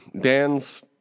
Dan's